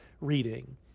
reading